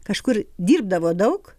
kažkur dirbdavo daug